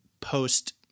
post